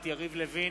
יריב לוין,